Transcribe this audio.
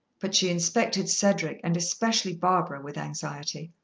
but she inspected cedric, and especially barbara, with anxiety.